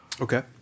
Okay